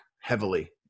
heavily